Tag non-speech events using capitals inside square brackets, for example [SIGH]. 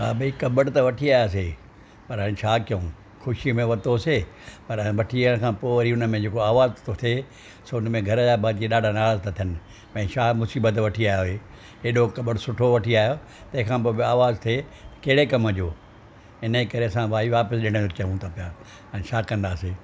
हां भई कॿटु त वठी आयासीं पर छा कयूं ख़ुशीअ में वरतोसीं पर वठी अचनि खां पोइ हुन में जेको आवाज़ थो थिए सो हुन में घर जा भाती ॾाढा नाराज़ था थियनि भई छा मुसीबत वठी आयो आहीं [UNINTELLIGIBLE] सुठो वठी आहिया तंहिंखां पोइ बि आवाज़ तो थे कहिड़ो कमु जो हिन जे करे असां भई वापसि ॾियण जा कयूं ता पिया हाणे छा कंदासि